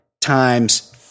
times